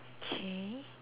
okay